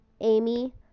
Amy